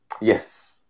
Yes